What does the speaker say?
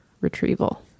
retrieval